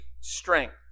strength